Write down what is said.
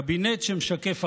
קבינט שמשקף אחדות.